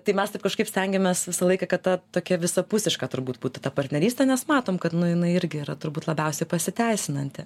tai mes taip kažkaip stengiamės visą laiką kad ta tokia visapusiška turbūt būtų ta partnerystė nes matom kad nu jinai irgi yra turbūt labiausiai pasiteisinanti